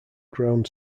ground